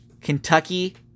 Kentucky